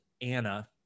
Anna